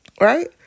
Right